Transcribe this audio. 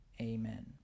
amen